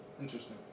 Interesting